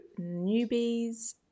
newbies